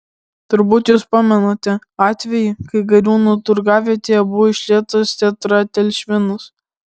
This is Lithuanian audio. turbūt jūs pamenate atvejį kai gariūnų turgavietėje buvo išlietas tetraetilšvinas